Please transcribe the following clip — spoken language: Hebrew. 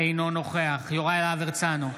אינו נוכח יוראי להב הרצנו,